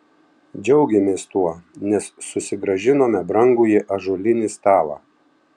džiaugėmės tuo nes susigrąžinome brangųjį ąžuolinį stalą